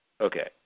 Okay